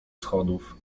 schodów